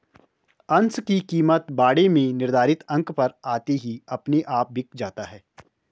अंश की कीमत बाड़े में निर्धारित अंक पर आते ही अपने आप बिक जाता है